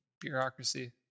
Bureaucracy